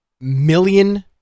million